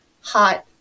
hot